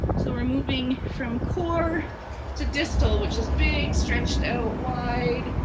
so we're moving from core to distal, which is big, stretched out wide,